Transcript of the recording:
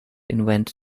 invent